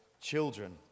children